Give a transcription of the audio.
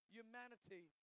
humanity